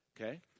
Okay